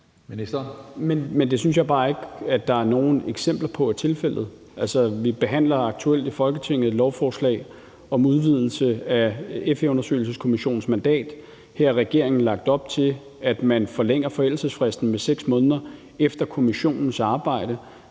Men det synes jeg bare ikke at der er nogen eksempler på er tilfældet. Altså, vi behandler aktuelt i Folketinget et lovforslag om udvidelse af FE-undersøgelseskommissionens mandat. Her har regeringen lagt op til, at man forlænger forældelsesfristen med 6 måneder efter kommissionens arbejde,